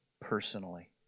personally